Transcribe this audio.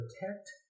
protect